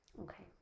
Okay